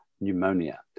pneumonia